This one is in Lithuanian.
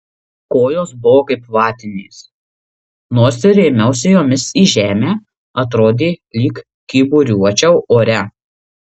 kojos buvo kaip vatinės nors ir rėmiausi jomis į žemę atrodė lyg kyburiuočiau ore